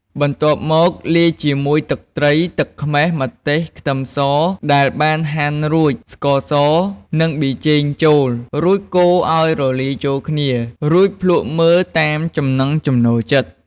បន្ទាប់មក លាយជាមួយទឹកត្រី ទឹកខ្មេះ ម្ទេស ខ្ទឹមសដែលបានហាន់រួច ស្ករស និងប៊ីចេងចូល រួចកូរឱ្យរលាយចូលគ្នា រួចភ្លក់មើលតាមចំណង់ចំណូលចិត្ត។